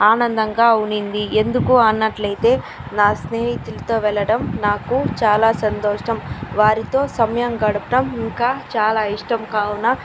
ఆనందంగా ఉన్నది ఎందుకు అన్నట్టు అయితే నా స్నేహితులతో వెళ్ళడం నాకు చాలా సంతోషం వారితో సమయం గడపడం ఇంకా చాలా ఇష్టం కావున